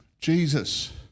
Jesus